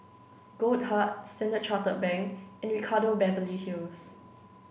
Goldheart Standard Chartered Bank and Ricardo Beverly Hills